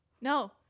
no